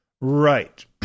Right